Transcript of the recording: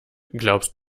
glaubst